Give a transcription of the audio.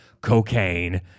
cocaine